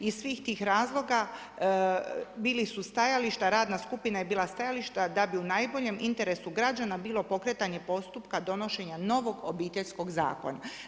Iz svih tih razloga bili su stajališta, radna skupina je bila stajališta da bi u najboljem interesu građana bilo pokretanje postupka donošenja novog Obiteljskog zakona.